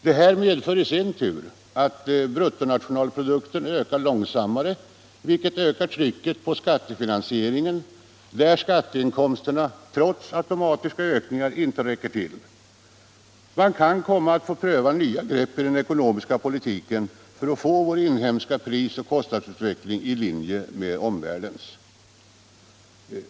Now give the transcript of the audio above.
Detta medför i sin tur att bruttonationalprodukten ökar långsammare, vilket skärper trycket på skattefinansieringen, där skatteinkomsterna — trots automatiska ökningar — inte räcker till. Man kan komma att få pröva nya grepp i den ekonomiska politiken för att bringa vår inhemska prisoch kostnadsutveckling i linje med omvärldens.